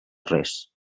res